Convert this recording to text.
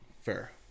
Fair